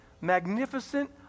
magnificent